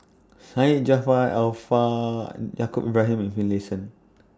Syed Jaafar Alfar Yaacob Ibrahim and Finlayson